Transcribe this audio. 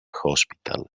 hospital